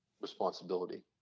responsibility